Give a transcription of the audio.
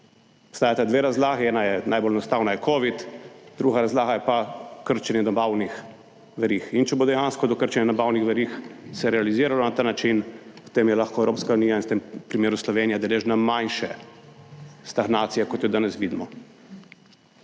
Obstajata dve razlagi, ena je najbolj enostavna, je covid, druga razlaga je pa krčenje nabavnih verig in če bo dejansko do krčenja nabavnih verig se realiziralo na ta način, potem je lahko Evropska unija in v tem primeru Slovenija deležna manjše stagnacije, kot jo danes vidimo.